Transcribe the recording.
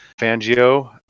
Fangio